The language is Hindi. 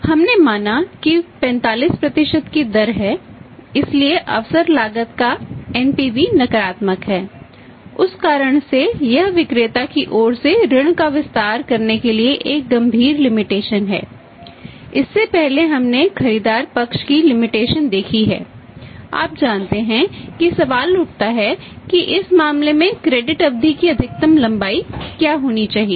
हमने माना कि 45 कर की दरहै इसलिए अवसर लागत का एनपीवी अवधि की अधिकतम लंबाई क्या होनी चाहिए